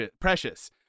precious